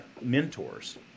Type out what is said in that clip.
mentors